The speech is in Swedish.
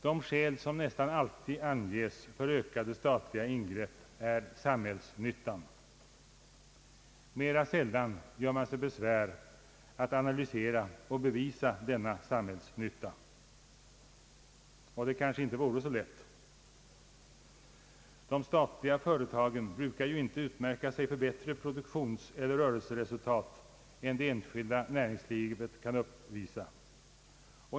Det skäl som nästan alltid anges för ökade statliga ingrepp är samhällsnyttan. Mera sällan gör man sig besvär att analysera och bevisa denna samhällsnytta — och det kanske inte vore så lätt. De statliga företagen brukar ju inte utmärka sig för bättre produktionseller rörelseresultat än det enskilda näringslivet kan uppvisa.